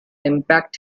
impact